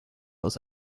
aus